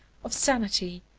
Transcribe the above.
of sanity,